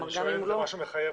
אני שואל אם זה משהו מחייב.